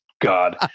God